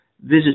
visit